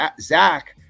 Zach